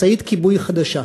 משאית כיבוי חדשה,